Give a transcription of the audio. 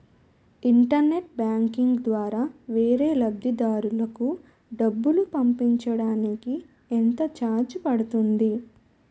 Internet banking ద్వారా వేరే లబ్ధిదారులకు డబ్బులు పంపించటానికి ఎంత ఛార్జ్ పడుతుంది?